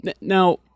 now